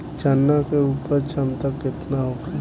चना के उपज क्षमता केतना होखे?